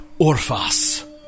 Orphas